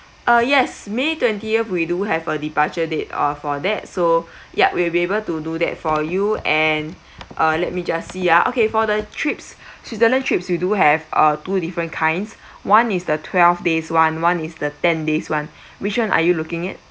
ah yes may twentieth we do have a departure date of for that so yeah we're able to do that for you and uh let me just see ya okay for the trip switzerland trip we do have a two different kinds one is the twelve days [one] one is the ten days one which [one] are you looking at